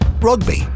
Rugby